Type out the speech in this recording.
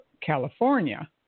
California